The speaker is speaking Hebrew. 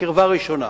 קרבה ראשונה,